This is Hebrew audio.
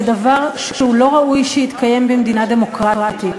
זה דבר שלא ראוי שיתקיים במדינה דמוקרטית.